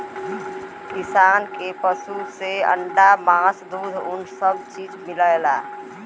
किसान के पसु से अंडा मास दूध उन सब चीज मिलला